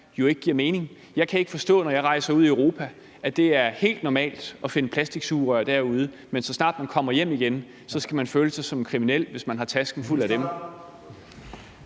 ikke giver mening. Jeg kan ikke forstå, at det, når man rejser ud i Europa, der er helt normalt at finde plastiksugerør, men at man, så snart man igen kommer hjem, så skal føle sig som en kriminel, hvis man har tasken fuld af dem.